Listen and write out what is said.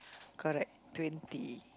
correct twenty